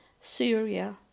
Syria